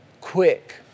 Quick